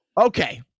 okay